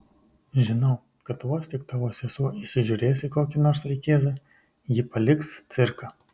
žinau kad vos tik tavo sesuo įsižiūrės į kokį nors vaikėzą ji paliks cirką